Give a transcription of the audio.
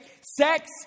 Sex